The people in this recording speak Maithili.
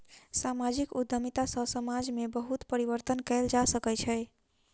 सामाजिक उद्यमिता सॅ समाज में बहुत परिवर्तन कयल जा सकै छै